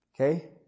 Okay